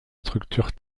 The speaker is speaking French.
structure